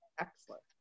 Excellent